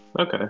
Okay